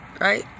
Right